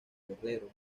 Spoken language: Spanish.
guerrero